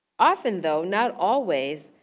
often though, not always,